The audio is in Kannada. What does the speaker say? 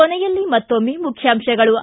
ಕೊನೆಯಲ್ಲಿ ಮತ್ತೊಮ್ಮೆ ಮುಖ್ಯಾಂಶಗಳು ಿ